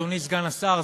אדוני סגן השר,